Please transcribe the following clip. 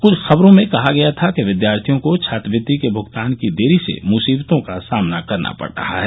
क्छ खबरों में कहा गया था कि विद्यार्थियों को छात्रवृत्ति के भुगतान की देरी से मुसीबतों का सामना करना पड़ रहा है